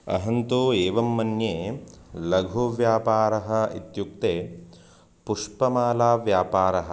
अहं तु एवं मन्ये लघुव्यापारः इत्युक्ते पुष्पमाला व्यापारः